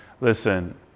listen